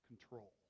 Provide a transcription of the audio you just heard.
control